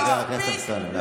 עשרות אלפים, כולל בשבת.